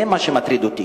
זה מה שמטריד אותי.